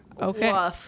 Okay